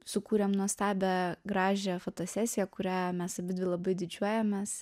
sukūrėm nuostabią gražią fotosesiją kuria mes abidvi labai didžiuojamės